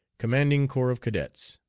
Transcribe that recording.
commanding corps of cadets.